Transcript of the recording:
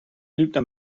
lügner